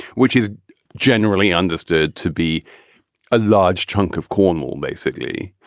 which is generally understood to be a large chunk of cornwall, basically,